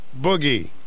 Boogie